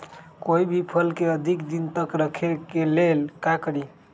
कोई भी फल के अधिक दिन तक रखे के लेल का करी?